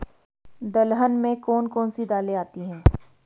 दलहन में कौन कौन सी दालें आती हैं?